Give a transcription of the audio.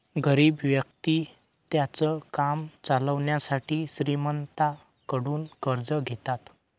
गरीब व्यक्ति त्यांचं काम चालवण्यासाठी श्रीमंतांकडून कर्ज घेतात